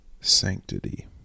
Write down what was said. sanctity